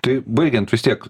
tai baigiant vis tiek